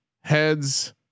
heads